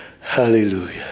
hallelujah